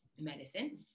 medicine